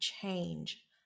change